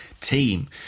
team